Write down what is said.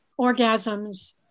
orgasms